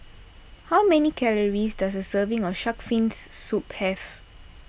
how many calories does a serving of Shark's Fin Soup have